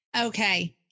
Okay